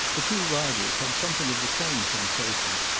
the two riders had something of the same sensation,